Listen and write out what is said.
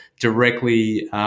directly